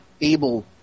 able